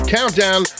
Countdown